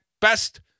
best